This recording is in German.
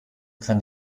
kann